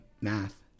math